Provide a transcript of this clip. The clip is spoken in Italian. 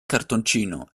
cartoncino